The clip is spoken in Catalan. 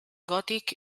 gòtic